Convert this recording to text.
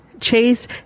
Chase